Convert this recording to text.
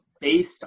based